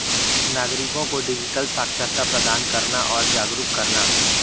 नागरिको को डिजिटल साक्षरता प्रदान करना और जागरूक करना